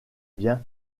biens